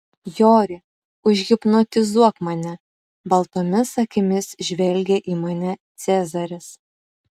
jori užhipnotizuok mane baltomis akimis žvelgė į mane cezaris